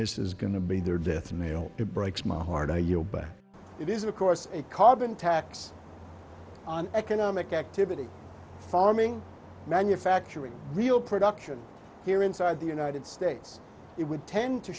this is going to be their death nail it breaks my heart i you know but it is of course a carbon tax on economic activity farming manufacturing real production here inside the united states it would tend to